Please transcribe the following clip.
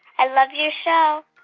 i love your show.